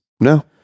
No